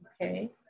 okay